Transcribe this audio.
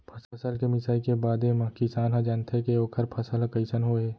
फसल के मिसाई के बादे म किसान ह जानथे के ओखर फसल ह कइसन होय हे